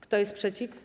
Kto jest przeciw?